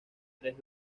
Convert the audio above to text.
tres